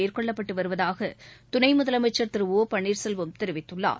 மேற்கொள்ளப்பட்டுவருவதாகதுணைமுதலமைச்சர் திரு ஒ பள்ளீர்செல்வம் தெரிவித்துள்ளார்